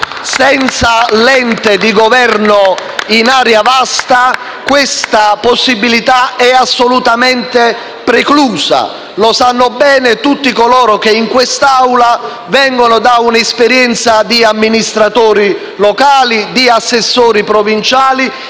Senza l'ente di governo in area vasta questa possibilità è assolutamente preclusa. Sanno bene tutti coloro che in questa Assemblea vengono da un'esperienza da amministratori locali, da assessori provinciali